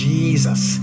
Jesus